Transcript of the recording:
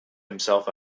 himself